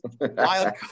wild